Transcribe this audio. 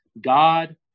God